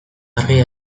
argia